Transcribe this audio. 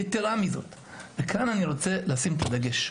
כאן אני רוצה לשים את הדגש.